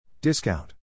Discount